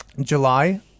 July